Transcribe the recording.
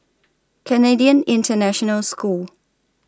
Canadian International School